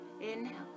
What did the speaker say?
Inhale